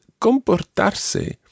comportarse